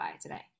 today